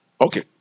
Okay